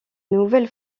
nouvelle